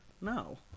No